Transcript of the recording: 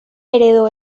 heredó